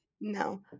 No